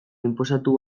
inposatu